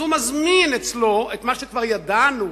אז הוא מזמין אצלו את מה שכבר ידענו,